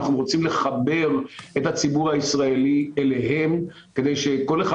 אנחנו רוצים לחבר את הציבור הישראלי אליהם כדי שכל אחד